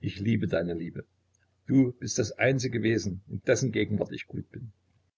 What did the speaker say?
ich liebe deine liebe du bist das einzige wesen in dessen gegenwart ich gut bin